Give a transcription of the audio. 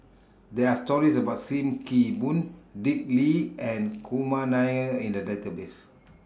There Are stories about SIM Kee Boon Dick Lee and Kumar Nair in The Database